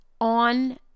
on